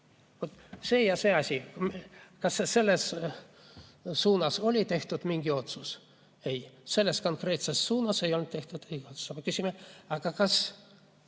see ja see asi, kas selles suunas on tehtud mingi otsus. Ei, selles konkreetses suunas ei ole tehtud otsust. Me küsime: